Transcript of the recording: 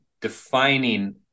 defining